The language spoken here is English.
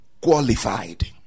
qualified